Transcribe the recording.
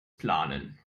planen